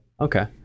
okay